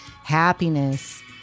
happiness